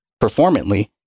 performantly